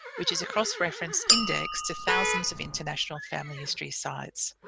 which is a cross-reference index to thousands of international family history sites.